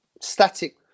static